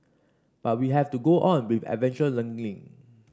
but we have to go on with adventure learning